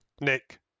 Nick